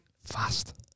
fast